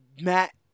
Matt